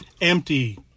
Empty